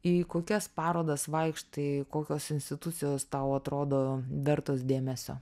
į kokias parodas vaikštai kokios institucijos tau atrodo vertos dėmesio